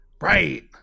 right